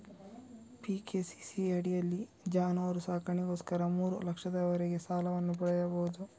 PKCC ಅಡಿಯಲ್ಲಿ ಜಾನುವಾರು ಸಾಕಣೆಗೋಸ್ಕರ ಮೂರು ಲಕ್ಷದವರೆಗೆ ಸಾಲವನ್ನು ಪಡೆಯಬಹುದು